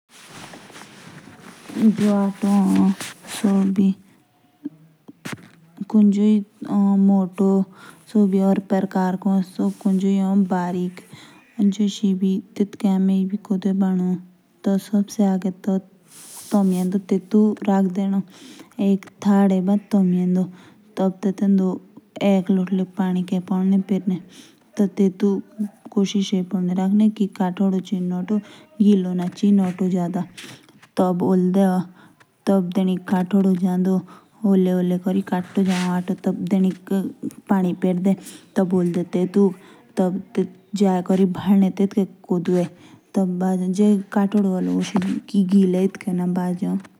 जो एतो ए सेओ बी बहुते पारकर के ए। कुन्जो टी ए मोटो गिहु को या कुन्जो ए बारिक तेतके हमे कोदूए बाडू सबसे आगे हमें तेतुके तामिये दो राखनो ते तेंदो पानी परनो कोशिश ए जे मरने की आटो काटो जाओ।